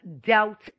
doubt